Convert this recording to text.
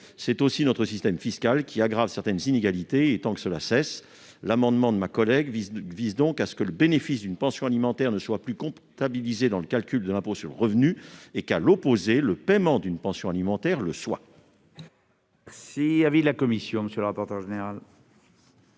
stables. Notre système fiscal aggrave certaines inégalités, et il est temps que cela cesse. Cet amendement vise donc à ce que le bénéfice d'une pension alimentaire ne soit plus comptabilisé dans le calcul de l'impôt sur le revenu et que, à l'opposé, le paiement d'une pension alimentaire le soit.